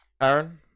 Aaron